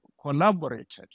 collaborated